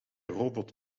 robot